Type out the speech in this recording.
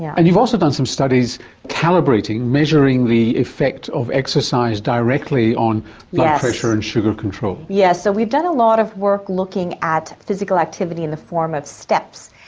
and you've also done some studies calibrating, measuring the effect of exercise directly on blood yeah pressure and sugar control. yes. so we've done a lot of work looking at physical activity in the form of steps,